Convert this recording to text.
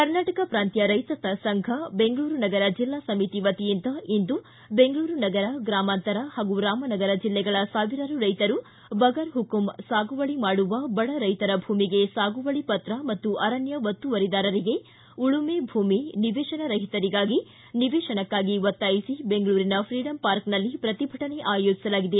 ಕರ್ನಾಟಕ ಪ್ರಾಂತ ರೈತ ಸಂಘ ಬೆಂಗಳೂರು ನಗರ ಜಿಲ್ಲಾ ಸಮಿತಿ ವತಿಯಿಂದ ಇಂದು ಬೆಂಗಳೂರು ನಗರ ಗ್ರಾಮಾಂತರ ಪಾಗೂ ರಾಮನಗರ ಜಿಲ್ಲೆಗಳ ಸಾವಿರಾರು ರೈತರು ಬಗರ್ಮಖುಂ ಸಾಗುವಳಿ ಮಾಡುವ ಬಡ ರೈತರ ಭೂಮಿಗೆ ಸಾಗುವಳಿ ಪಕ್ರ ಮತ್ತು ಅರಣ್ಯ ಒತ್ತುವರಿದಾರರಿಗೆ ಉಳುಮೆ ಭೂಮಿ ನಿವೇಶನ ರಹಿತರಿಗೆ ನಿವೇಶನಕ್ಕಾಗಿ ಒತ್ತಾಯಿಸಿ ಬೆಂಗಳೂರಿನ ಫ್ರೀಡಂ ಪಾರ್ಕ್ನಲ್ಲಿ ಪ್ರತಿಭಟನೆ ಆಯೋಜಿಸಲಾಗಿದೆ